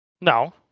No